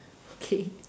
okay